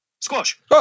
Squash